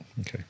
Okay